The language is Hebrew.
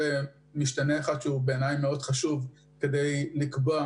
זה משתנה מאוד חשוב בקביעת